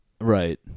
Right